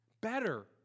better